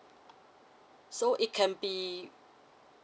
so it can be